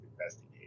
investigate